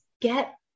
get